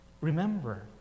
Remember